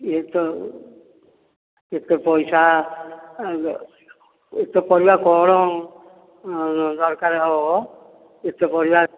ଇଏ ତ ଏତେ ପଇସା ଏତେ ପରିବା କ'ଣ ଦରକାର ହବ ମ ଏତେ ପରିବା